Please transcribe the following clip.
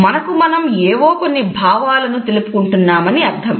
మనకు మనం ఏవో కొన్ని భావాలను తెలుపుకుంటున్నాని అర్థం